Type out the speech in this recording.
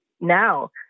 now